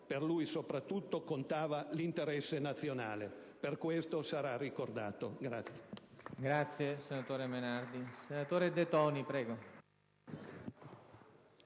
Per lui, sopra tutto, contava l'interesse nazionale. Per questo sarà ricordato.